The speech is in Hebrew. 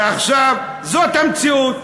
ועכשיו, זו המציאות: